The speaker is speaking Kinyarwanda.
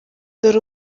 dore